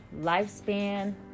lifespan